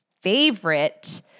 favorite